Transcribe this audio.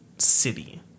city